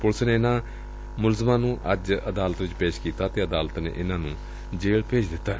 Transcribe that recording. police ਨੇ ਇਨਾਂ ਮੁਲਜਮਾਂ ਨੂੰ ਅੱਜ ਅਦਾਲਤ ਵਿਚ ਪੇਸ਼ ਕੀਤਾ ਅਤੇ ਅਦਾਲਤ ਨੇ ਇਨਾਂ ਨੂੰ ਜੇਲ ਭੇਜ ਦਿੱਤੈ